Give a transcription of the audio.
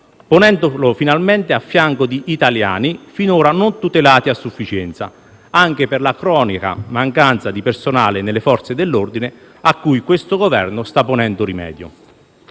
ponendolo finalmente a fianco di italiani finora non tutelati a sufficienza, anche per la cronica mancanza di personale nelle Forze dell'ordine, a cui questo Governo sta ponendo rimedio.